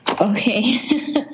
Okay